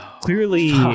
clearly